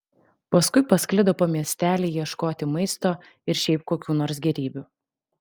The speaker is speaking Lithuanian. paskui pasklido po miestelį ieškoti maisto ir šiaip kokių nors gėrybių